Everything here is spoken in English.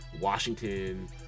Washington